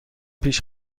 پیش